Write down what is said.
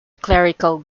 clerical